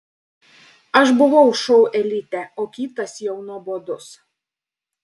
aš buvau šou elite o kitas jau nuobodus